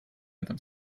этом